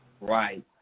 right